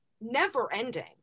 never-ending